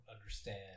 understand